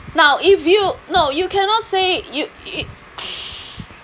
now if you no you cannot say you you